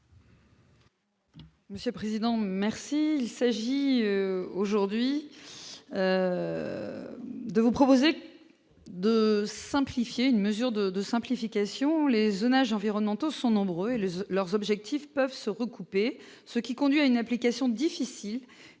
Monsieur le président merci, il s'agit aujourd'hui de vous proposer de 5. Une mesure de de simplification, les zonages environnementaux sont nombreuses, leurs objectifs peuvent se recouper ce qui conduit à une application difficile